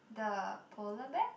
the polar bear